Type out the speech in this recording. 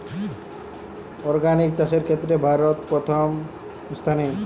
organic চাষের ক্ষেত্রে ভারত প্রথম স্থানে